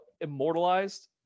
immortalized